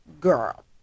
girl